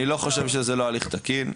אני לא חושב שזה לא הליך תקין.